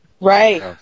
Right